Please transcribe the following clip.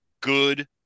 good